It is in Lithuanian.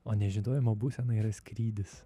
o nežinojimo būsena yra skrydis